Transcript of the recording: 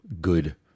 good